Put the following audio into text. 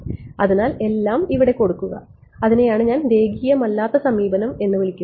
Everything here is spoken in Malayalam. അതിനാൽ എല്ലാം ഇവിടെ കൊടുക്കുക അതിനെയാണ് ഞാൻ രേഖീയമല്ലാത്ത സമീപനം എന്ന് വിളിക്കുന്നത്